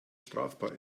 strafbar